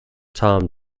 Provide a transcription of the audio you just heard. tom